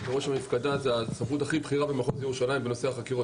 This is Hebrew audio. בראש המפקדה זו הסמכות הבכירה ביותר במחוז ירושלים בנושא החקירות,